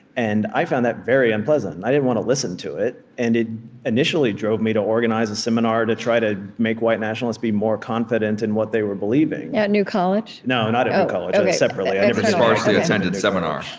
and i found that very unpleasant, and i didn't want to listen to it, and it initially drove me to organize a seminar to try to make white nationalists be more confident in what they were believing at new college? no, not at new college separately a sparsely-attended seminar